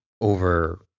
over